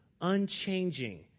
unchanging